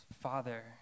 Father